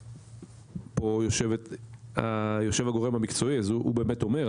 פה יושב הגורם המקצועי אז הוא באמת אומר.